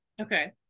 okay